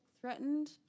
threatened